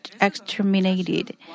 exterminated